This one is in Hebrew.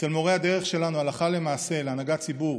אצל מורה הדרך שלנו הלכה למעשה להנהגת ציבור,